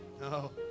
No